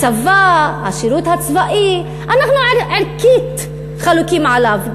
הצבא, השירות הצבאי, אנחנו ערכית חלוקים עליו.